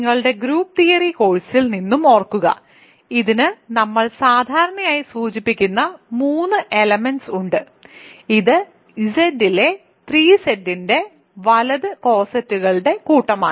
നിങ്ങളുടെ group theory കോഴ്സിൽ നിന്ന് ഓർക്കുക ഇതിന് നമ്മൾ സാധാരണയായി സൂചിപ്പിക്കുന്ന 3 എലെമെന്റ്സ് ഉണ്ട് ഇത് Z ലെ 3Z ന്റെ വലത് കോസെറ്റുകളുടെ കൂട്ടമാണ്